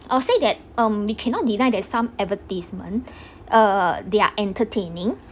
I would say that um we cannot deny that some advertisement uh they're entertaining